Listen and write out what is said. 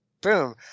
boom